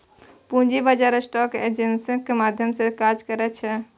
पूंजी बाजार स्टॉक एक्सेन्जक माध्यम सँ काज करैत छै